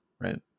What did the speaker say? right